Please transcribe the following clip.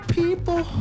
people